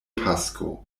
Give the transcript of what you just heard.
pasko